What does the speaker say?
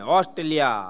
Australia